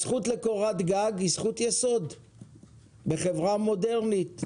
הזכות לקורת גג היא זכות יסוד בחברה מודרנית,